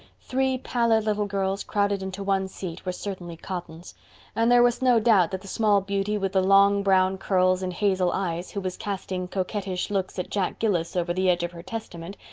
three pallid little girls crowded into one seat were certainly cottons and there was no doubt that the small beauty with the long brown curls and hazel eyes, who was casting coquettish looks at jack gills over the edge of her testament,